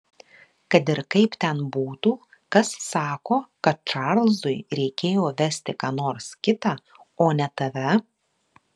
kad ir kaip ten būtų kas sako kad čarlzui reikėjo vesti ką nors kitą o ne tave